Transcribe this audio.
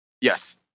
Yes